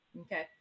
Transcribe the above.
Okay